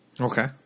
Okay